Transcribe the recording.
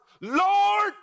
Lord